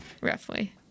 Roughly